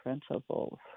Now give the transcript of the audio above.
principles